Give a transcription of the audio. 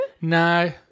No